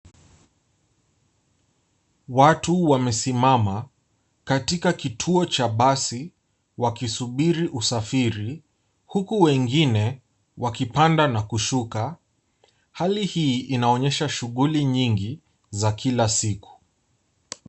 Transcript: Watu wamesimama katika kituo cha basi wakisubiri usafiri huku wengine wakipanda na kushuka .Hali hii inaonyesha shughuli nyingi za kila siku.